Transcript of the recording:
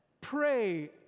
pray